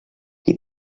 qui